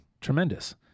tremendous